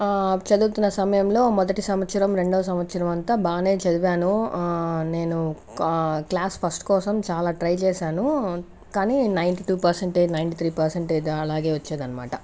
చదువుతున్న సమయంలో మొదటి సంవత్సరం రెండవ సంవత్సరం అంతా బాగానే చదివాను నేను క్లాస్ ఫస్ట్ కోసం చాలా ట్రై చేశాను కానీ నైన్టీ టూ పర్సెంటే నైన్టీ త్రీ పర్సెంటే అలాగే వచ్చేదనమాట